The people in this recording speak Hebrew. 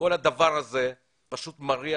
כל הדבר הזה פשוט מריח